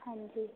ਹਾਂਜੀ